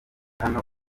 hano